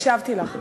אני הקשבתי לך.